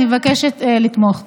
אני מבקשת לתמוך.